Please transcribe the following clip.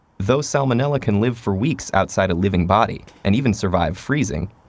though salmonella can live for weeks outside a living body and even survive freezing,